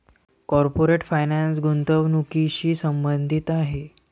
corporate finance गुंतवणुकीशी संबंधित आहे